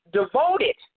devoted